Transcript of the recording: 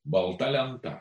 balta lenta